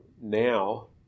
now